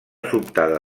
sobtada